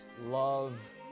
love